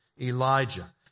Elijah